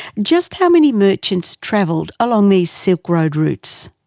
just how many merchants travelled along these silk road routes?